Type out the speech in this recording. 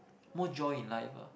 more joy in life ah